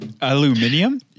Aluminium